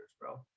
bro